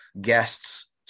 guests